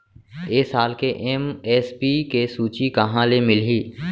ए साल के एम.एस.पी के सूची कहाँ ले मिलही?